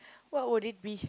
what would it be